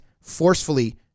forcefully